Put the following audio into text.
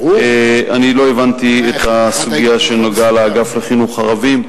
אני לא הבנתי את הסוגיה שנגעה לאגף לחינוך ערבים,